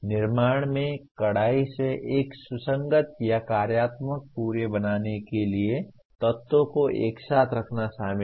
निर्माण में कड़ाई से एक सुसंगत या कार्यात्मक पूरे बनाने के लिए तत्वों को एक साथ रखना शामिल है